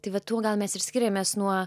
tai vat tuo gal mes ir skiriamės nuo